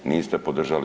Niste podržali.